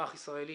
אזרח ישראלי